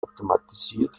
automatisiert